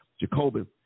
Jacobin